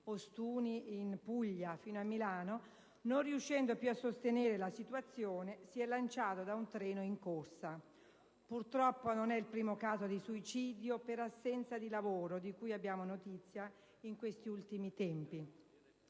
Ostuni, in Puglia, fino a Milano, non riuscendo più a sostenere la situazione si è lanciato da un treno in corsa. Purtroppo, non è il primo caso di suicidio per assenza di lavoro di cui abbiamo notizia in questi ultimi tempi.